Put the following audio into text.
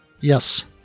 Yes